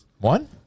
One